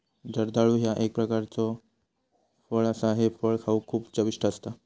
जर्दाळू ह्या एक प्रकारचो फळ असा हे फळ खाउक खूप चविष्ट असता